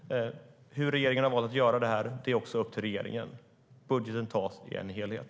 Hur regeringen har valt att göra detta är upp till regeringen. Budgeten tas som en helhet.